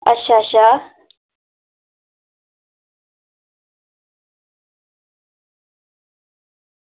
अच्छा अच्छा